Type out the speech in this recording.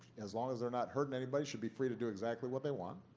as long as they're not hurting anybody, should be free to do exactly what they want.